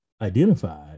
identified